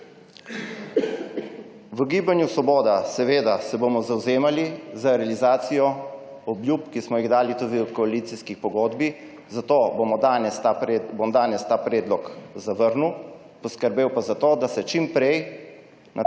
V Gibanju Svoboda se bomo seveda zavzemali za realizacijo obljub, ki smo jih dali tudi v koalicijski pogodbi, zato bom danes ta predlog zavrnil, poskrbel pa bom za to, da se čim prej na teh